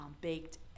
baked